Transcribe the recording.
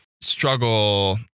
struggle